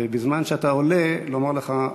ובזמן שאתה עולה לומר לך,